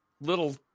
little